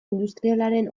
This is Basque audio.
industrialaren